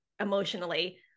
emotionally